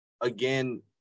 again